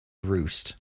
roost